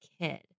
kid